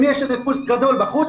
אם יש ריכוז גדול בחוץ,